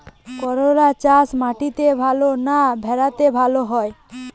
করলা চাষ মাটিতে ভালো না ভেরাতে ভালো ফলন হয়?